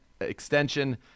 extension